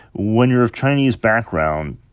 when you're of chinese background,